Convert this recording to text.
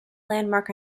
landmark